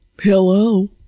Hello